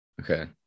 Okay